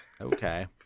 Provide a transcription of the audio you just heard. Okay